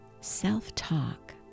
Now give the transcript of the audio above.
self-talk